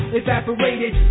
evaporated